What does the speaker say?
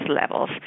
levels